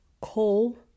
Coal